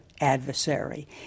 adversary